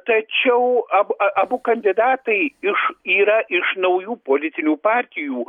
tačiau ab a abu kandidatai iš yra iš naujų politinių partijų